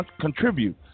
contribute